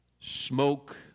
smoke